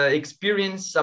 experience